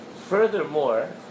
Furthermore